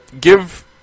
give